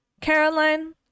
Caroline